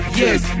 yes